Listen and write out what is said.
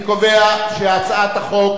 אני קובע שהצעת חוק